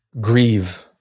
grieve